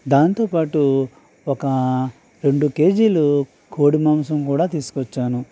దాంతో పాటు ఒక రెండు కేజీలు కోడి మాంసం కూడా తీసుకొచ్చాను